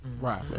Right